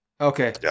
okay